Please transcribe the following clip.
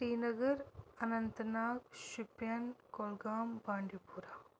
Srinagar Anantnag Shopian Kulgam بانڈی پورہ